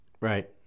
Right